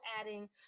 adding